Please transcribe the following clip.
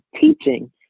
teaching